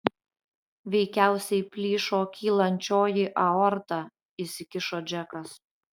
veikiausiai plyšo kylančioji aorta įsikišo džekas